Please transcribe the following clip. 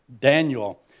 Daniel